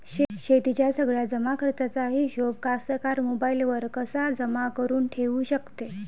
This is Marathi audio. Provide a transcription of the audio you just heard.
शेतीच्या सगळ्या जमाखर्चाचा हिशोब कास्तकार मोबाईलवर कसा जमा करुन ठेऊ शकते?